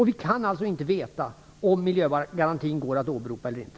Vi kan alltså inte veta om miljögarantin går att åberopa eller inte.